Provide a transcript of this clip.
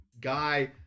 Guy